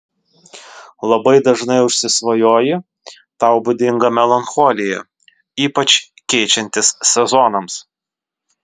labai dažnai užsisvajoji tau būdinga melancholija ypač keičiantis sezonams